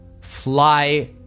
fly